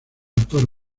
autor